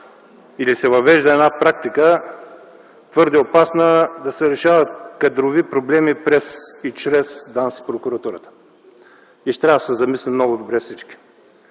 се въвежда една практика, твърде опасна – да се решават кадрови проблеми през и чрез ДАНС и прокуратурата. И ще трябва всички да се замислим много добре,